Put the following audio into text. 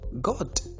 God